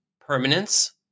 permanence